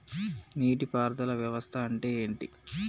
నీటి పారుదల వ్యవస్థ అంటే ఏంటి?